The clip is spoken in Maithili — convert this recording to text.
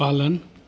पालन